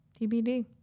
TBD